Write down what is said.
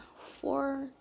four